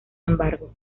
embargo